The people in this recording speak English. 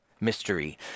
mystery